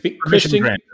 Christian